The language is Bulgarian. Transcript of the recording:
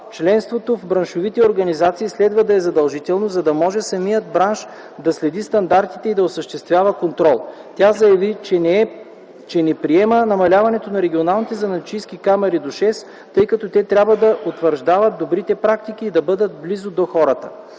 Членството в браншовите организации следва да е задължително, за да може самият бранш да следи стандартите и да осъществява контрол. Тя заяви, че не приема намаляването на регионалните занаятчийски камари до шест, тъй като те трябва да утвърждават добрите практики и да бъдат близо до хората.